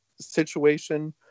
situation